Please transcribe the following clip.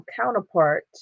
counterpart